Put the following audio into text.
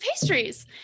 pastries